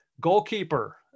goalkeeper